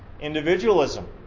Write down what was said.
individualism